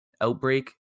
Outbreak